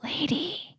lady